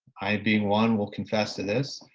i being one will confess to this,